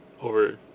over